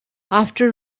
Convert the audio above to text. after